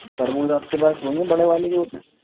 تربوز آپ کے پاس وہی ہیں بڑے والے جو ہوتے ہیں